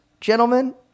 gentlemen